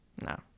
no